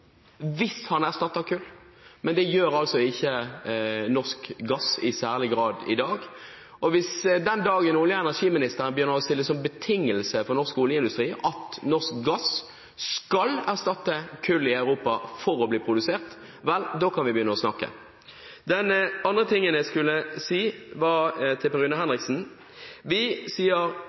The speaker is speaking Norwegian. hvis den erstatter kull, men det gjør altså ikke norsk gass i særlig grad i dag. Den dagen olje- og energiministeren begynner å stille som betingelse for norsk oljeindustri at norsk gass skal erstatte kull i Europa for å bli produsert, da kan vi begynne å snakke. Det andre jeg skulle si, var til Per Rune Henriksen. Vi sier